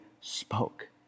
spoke